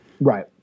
Right